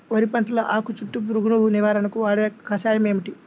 వరి పంటలో ఆకు చుట్టూ పురుగును నివారణకు వాడే కషాయం ఏమిటి?